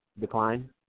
decline